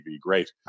Great